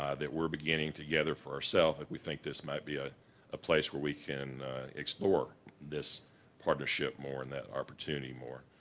ah that we're beginning to gather for ourselves, we think this might be a ah place where we can explore this partnership more and that opportunity more.